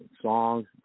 songs